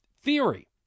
theory